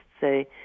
say